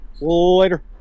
later